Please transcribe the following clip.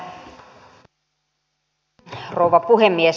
arvoisa rouva puhemies